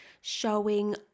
showing